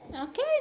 Okay